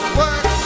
work